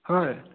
হয়